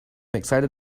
excited